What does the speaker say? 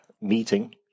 meeting